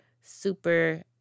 super